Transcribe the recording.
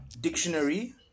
Dictionary